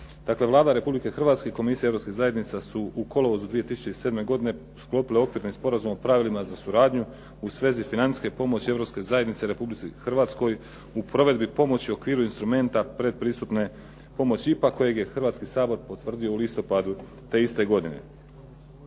Vlada Republike Hrvatske i komisije Europskih zajednica su u kolovozu 2007. godine, sklopile okvirni sporazum o pravilima za suradnju u svezi financijske pomoći Europske zajednice Republici Hrvatskoj u provedbi pomoći okviru instrumenta predpristupne pomoći IPA kojeg je Hrvatski sabor potvrdio u listopadu te iste godine.